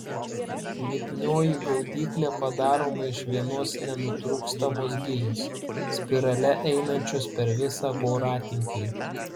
lipnioji gaudyklė padaroma iš vienos nenutrūkstamos gijos spirale einančios per visą voratinklį